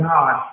God